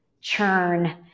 churn